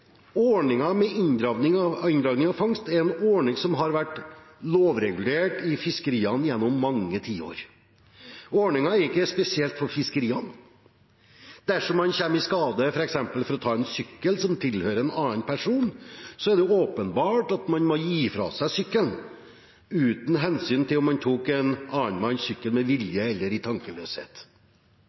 med inndragning av fangst er en ordning som har vært lovregulert i fiskeriene gjennom mange tiår. Ordningen er ikke noe spesielt for fiskeriene. Dersom man kommer i skade for f.eks. å ta en sykkel som tilhører en annen person, er det åpenbart at man må gi fra seg sykkelen, uten hensyn til om man tok en annen manns sykkel med vilje eller i tankeløshet.